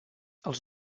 els